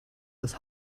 das